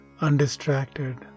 undistracted